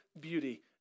beauty